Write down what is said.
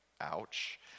Ouch